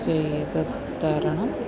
ചെയ്ത് തരണം